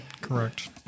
Correct